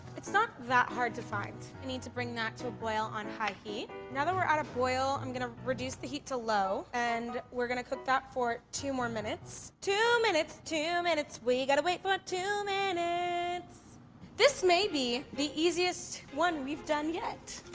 it's not that hard to find. you need to bring that to a boil on high heat. now that we're at a boil, i'm gonna reduce the heat to low and we're gonna cook that for two more minutes. two minutes, two minutes, we gotta wait for two minutes this may be the easiest one we've done yet.